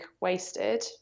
wasted